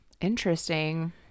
Interesting